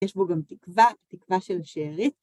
יש בו גם תקווה, תקווה של שארית.